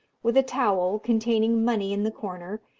with a towel containing money in the corner,